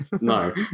no